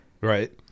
Right